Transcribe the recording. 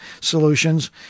solutions